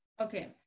Okay